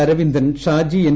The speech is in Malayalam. അരവിന്ദൻ ഷാജി എൻ